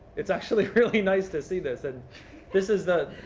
it's actually really nice to see this. and this is the